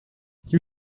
you